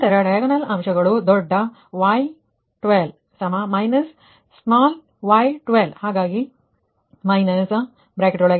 ನಂತರ ಡೈಗೊನಲ್ ಅಂಶಗಳು ದೊಡ್ಡ Y12 ಮೈನಸ್ ಸ್ಮಾಲ್ y12 ಹಾಗಾಗಿ 10 −j 20